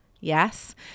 yes